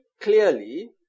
clearly